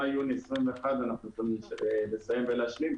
עד מאי יוני 2021 אנחנו יכולים לסיים ולהשלים.